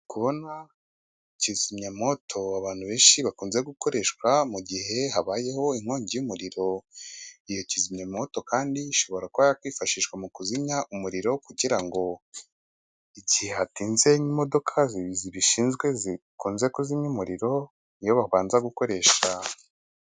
Kizimyamoto abantu benshi bakunze gukoresha mugihe habayeho inkongi y'umuriro. Iyo kizimyamoto kandi ishobora kuba yakwifashishwa mu kuzimya umuriro kugira ngo igihe hatinze imodoka zibishinzwe zikunze kuzimya umuriro niyo babanza gukoresha.